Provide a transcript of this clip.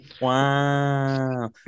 Wow